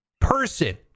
person